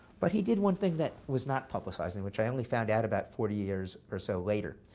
but he did one thing that was not publicized, which i only found out about forty years or so later.